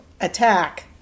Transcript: attack